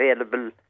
available